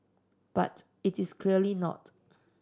but it is clearly not